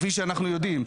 כפי שאני יודעים.